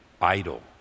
idle